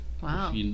Wow